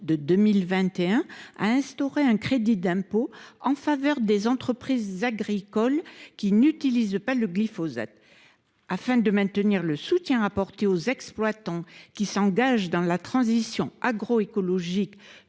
de finances pour 2021 en faveur des entreprises agricoles qui n’utilisent pas le glyphosate, afin de maintenir le soutien apporté aux exploitants qui s’engagent dans la transition agroécologique